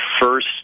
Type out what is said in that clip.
first